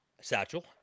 Satchel